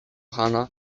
chana